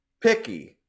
picky